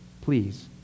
Please